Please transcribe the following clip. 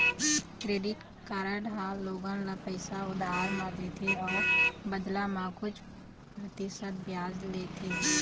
credit card ह लोगन ल पइसा उधार म देथे अउ बदला म कुछ परतिसत बियाज लेथे